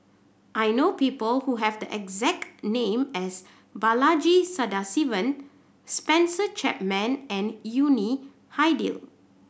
I know people who have the exact name as Balaji Sadasivan Spencer Chapman and Yuni Hadi